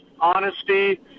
honesty